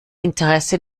interesse